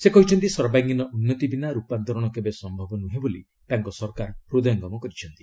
ସେ କହିଛନ୍ତି ସର୍ବାଙ୍ଗୀନ ଉନ୍ନତି ବିନା ରୂପାନ୍ତରଣ କେବେ ସମ୍ଭବ ନୁହେଁ ବୋଲି ତାଙ୍କ ସରକାର ହୃଦୟଙ୍ଗମ କରିଛନ୍ତି